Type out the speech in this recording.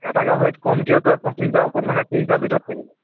এটা গাহৰিত কমতিও তই পঁচিছ হাজাৰ ওপৰত মানে ত্ৰিছ হাজাৰ ভিতৰত থাকিব